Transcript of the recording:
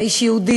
אתה איש יהודי.